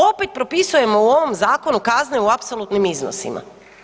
Opet propisujemo u ovom zakonu kazne u apsolutnim iznosima.